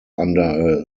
under